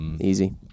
Easy